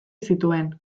zituen